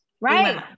Right